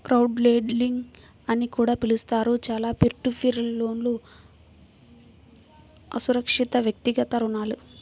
crowdlending అని కూడా పిలుస్తారు, చాలా పీర్ టు పీర్ లోన్లుఅసురక్షితవ్యక్తిగత రుణాలు